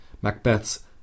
Macbeth's